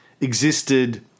existed